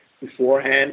beforehand